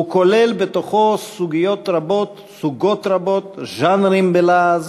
הוא כולל בתוכו סוגות רבות, ז'אנרים בלעז,